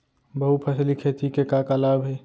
बहुफसली खेती के का का लाभ हे?